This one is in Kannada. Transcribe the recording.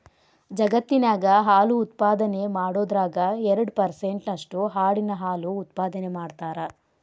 ಜಗತ್ತಿನ್ಯಾಗ ಹಾಲು ಉತ್ಪಾದನೆ ಮಾಡೋದ್ರಾಗ ಎರಡ್ ಪರ್ಸೆಂಟ್ ನಷ್ಟು ಆಡಿನ ಹಾಲು ಉತ್ಪಾದನೆ ಮಾಡ್ತಾರ